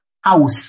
house